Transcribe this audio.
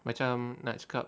macam nak cakap